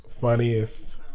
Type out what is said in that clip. funniest